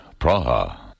Praha